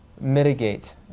mitigate